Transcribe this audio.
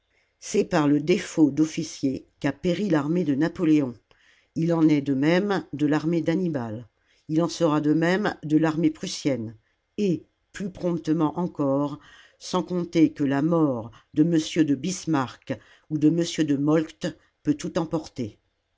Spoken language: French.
c'est par le défaut d'officiers qu'a péri l'armée de napoléon il en est de même de l'armée d'annibal il en sera de même de l'armée prussienne et plus promptement encore sans compter que la mort de m de bismarck ou de m de moltke peut tout emporter